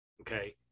Okay